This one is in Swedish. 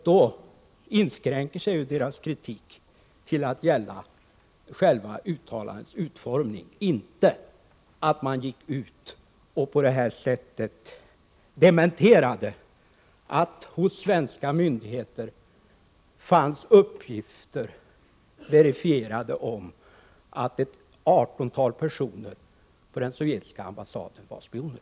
Då inskränker sig deras kritik till att gälla uttalandets utformning — inte att man gick ut och dementerade att det hos svenska myndigheter fanns uppgifter verifierade om att ca 18 personer på den sovjetiska ambassaden var spioner.